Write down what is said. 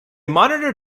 monitor